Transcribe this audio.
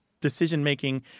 decision-making